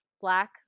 black